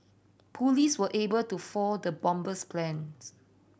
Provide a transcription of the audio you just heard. police were able to foil the bomber's plans